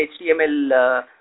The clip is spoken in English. HTML